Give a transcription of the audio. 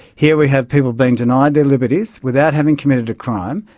here we have people being denied their liberties, without having committed a crime,